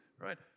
right